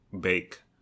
bake